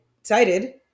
excited